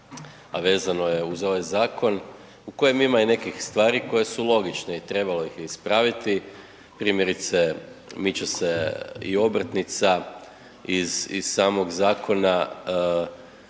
a vezano je uz ovaj zakon u kojem ima i nekih stvari koje su logične i trebalo ih je ispraviti. Primjerice miče se i obrtnica iz samog zakona.